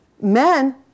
Men